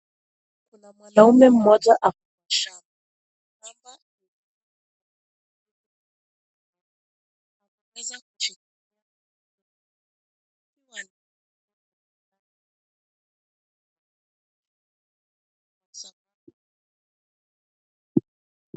Kuna mwanaume moja ako shamba hapa ametokeza kushughulikia na kusapoti.